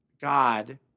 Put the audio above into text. God